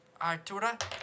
Artura